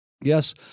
Yes